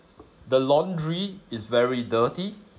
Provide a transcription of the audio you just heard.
the laundry is very dirty